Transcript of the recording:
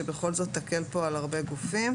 שבכל זאת תקל פה על הרבה גופים,